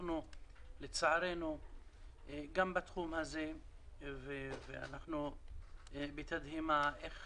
לצערנו גם בתחום הזה אנחנו נדהמים איך